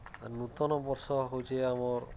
ନୂତନ ବର୍ଷ ହଉଛେ ଆମର୍